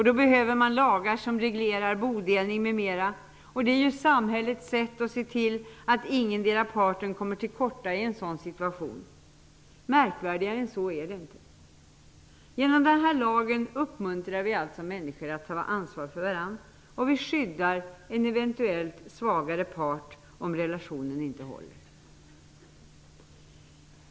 Då behövs lagar som reglerar bodelning m.m. Detta är samhällets sätt att se till att ingen av parterna kommer till korta i en sådan situation. Märkvärdigare än så är det inte. Genom den här lagen uppmuntrar vi alltså människor att ta ansvar för varandra, och vi skyddar en eventuellt svagare part om relationen inte håller.